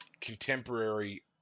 contemporary